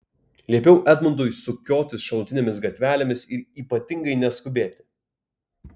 liepiau edmundui sukiotis šalutinėmis gatvelėmis ir ypatingai neskubėti